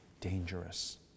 dangerous